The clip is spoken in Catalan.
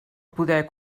poder